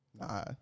Nah